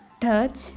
Touch